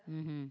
mmhmm